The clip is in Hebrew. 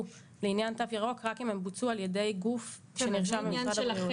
לעניין תו ירוק רק אם הם בוצעו על ידי גוף שנרשם במשרד הבריאות.